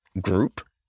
group